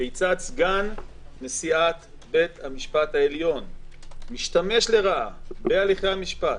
כיצד סגן נשיאת בית המשפט העליון משתמש לרעה בהליכי המשפט,